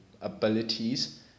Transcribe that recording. abilities